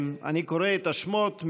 אני קורא את השמות,